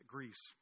Greece